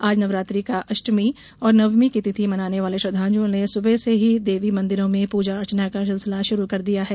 आज नवरात्रि का अष्टमी और नवमी की तिथि मानने वाले श्रद्वालुओं ने सुबह से ही देवी मंदिरों में पूजा अर्चना का सिलसिला शुरू कर दिया है